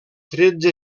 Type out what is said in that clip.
tretze